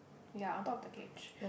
ya on top of the cage